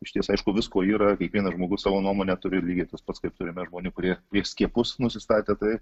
išties aišku visko yra kiekvienas žmogus savo nuomonę turi ir lygiai tas pats kaip turime žmonių kurie prieš skiepus nusistatę tai